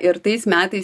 ir tais metais